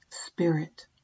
Spirit